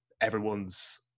everyone's